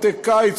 בתי קיץ,